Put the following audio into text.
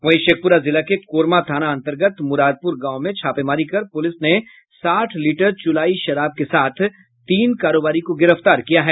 वहीं शेखपुरा जिला के कोरमा थाना अन्तर्गत मुरारपुर गांव में छापामारी कर पुलिस ने साठ लीटर चुलाई शराब के साथ तीन कारोबारी को गिरफ्तार किया है